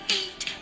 eat